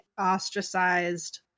ostracized